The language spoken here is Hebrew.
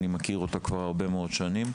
אותה אני מכיר כבר הרבה מאוד שנים.